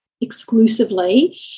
exclusively